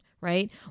Right